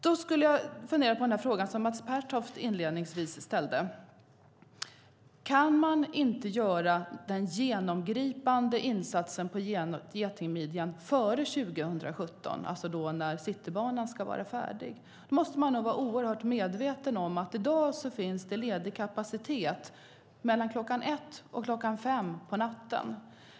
Mats Pertoft ställde inledningsvis en fråga: Kan man inte göra den genomgripande insatsen på getingmidjan före 2017 då Citybanan ska vara färdig? Man måste vara medveten om att det i dag finns ledig kapacitet mellan kl. 01.00 och 05.00 på natten.